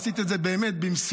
עשית את זה באמת במסירות,